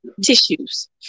tissues